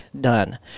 done